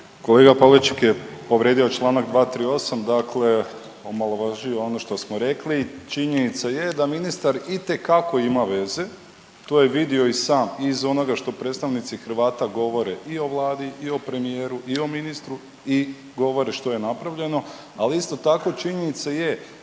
Kolega Pavliček je povrijedio Članak 238., dakle omalovaživa ono što smo rekli. Činjenica je da ministar itekako ima veze, to je vidio i sam iz onoga što predstavnici Hrvata govore i o vladi i o premijeru i o ministru i govore što je napravljeno. Ali isto tako činjenica je